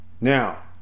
Now